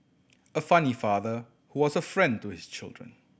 a funny father who was a friend to his children